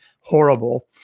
horrible